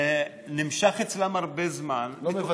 זה נמשך אצלן הרבה זמן, ולא מבצעות.